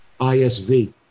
ISV